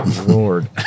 Lord